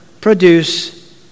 produce